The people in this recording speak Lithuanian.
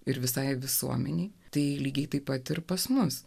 ir visai visuomenei tai lygiai taip pat ir pas mus